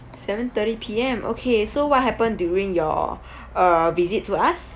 seven thirty P_M okay so what happened during your uh visit to us